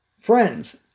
Friends